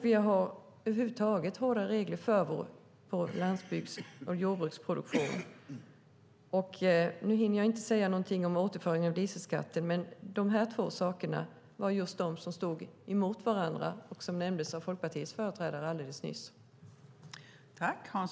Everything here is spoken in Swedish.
Vi har över huvud taget hårdare regler för vår landsbygds och jordbruksproduktion. Nu hinner jag inte säga något om återföringen av dieselskatten. Men just de här två sakerna var just de som stod emot varandra och som nämndes av Folkpartiets företrädare alldeles nyss.